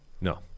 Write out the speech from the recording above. No